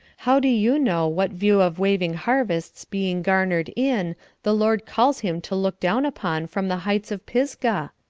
how do you know what view of waving harvests being garnered in the lord calls him to look down upon from the heights of pisgah?